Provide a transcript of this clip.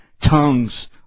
tongues